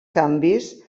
canvis